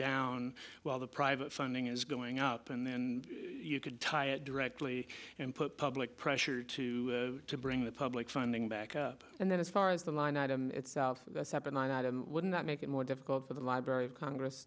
down while the private funding is going up and then you could tie it directly and put public pressure to to bring the public funding back up and then as far as the line item itself that's happened i wouldn't that make it more difficult for the library of congress